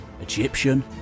Egyptian